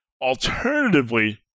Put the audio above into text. alternatively